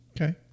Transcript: Okay